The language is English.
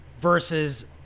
versus